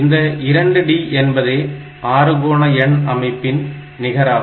இந்த 2D என்பதே அறுகோண எண் அமைப்பின் நிகராகும்